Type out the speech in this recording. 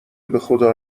بخدا